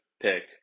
pick